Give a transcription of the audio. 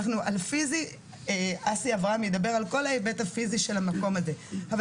על כל ההיבט הפיזי של המקום הזה ידבר אסי אברהם,